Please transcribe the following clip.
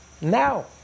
Now